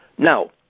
Now